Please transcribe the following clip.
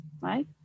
right